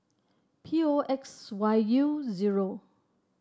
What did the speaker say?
P O X Y U zero